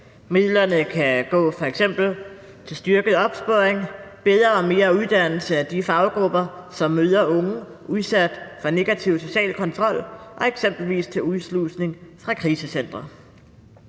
Midlerne kan gå til f.eks. styrket opsporing, bedre og mere uddannelse af de faggrupper, som møder unge udsat for negativ social kontrol, og eksempelvis til udslusning fra krisecentre.